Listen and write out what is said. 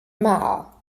mile